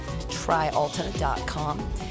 tryalta.com